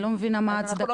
אני לא מבינה מה ההצדקה.